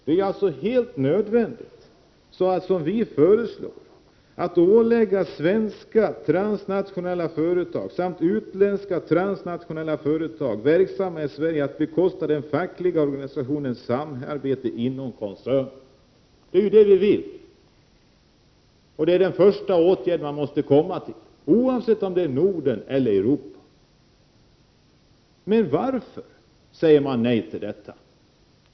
Det är helt nödvändigt att som vi föreslår ålägga svenska transnationella företag samt utländska transnationella företag verksamma i Sverige att bekosta de fackliga organisationernas samarbete inom koncernen. Det är vad vi vill. Det är den första åtgärd man måste vidta, oavsett om det gäller Norden eller Europa. Varför säger man nej till detta?